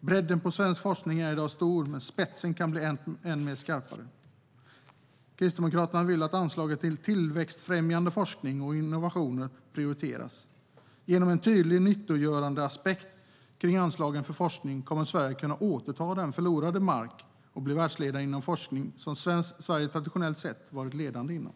Bredden i svensk forskning är i dag stor, men spetsen kan bli ännu vassare. Kristdemokraterna vill att anslagen till tillväxtfrämjande forskning och innovationer prioriteras. Genom en tydlig nyttogörandeaspekt på anslagen till forskning kommer Sverige att kunna återta förlorad mark och bli världsledande inom forskning som Sverige traditionellt sett varit ledande inom.